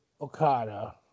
Okada